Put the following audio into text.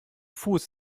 fuß